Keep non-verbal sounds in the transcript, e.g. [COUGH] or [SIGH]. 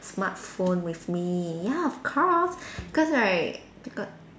smartphone with me ya of cause because right [NOISE]